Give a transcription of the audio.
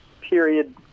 period